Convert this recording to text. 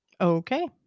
Okay